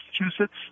Massachusetts